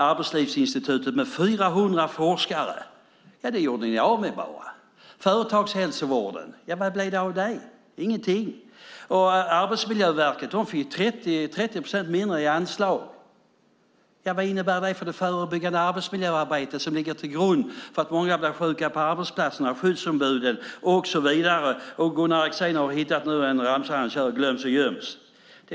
Arbetslivsinstitutet med 400 forskare gjorde ni er av med. Företagshälsovården, vad blev det av den? Det blev ingenting. Arbetsmiljöverket fick 30 procent mindre i anslag. Vad innebär det för det förebyggande arbetsmiljöarbetet på arbetsplatserna, skyddsombuden och så vidare? Gunnar Axén har kommit på en ramsa om dem som har glömts och gömts som han kör nu.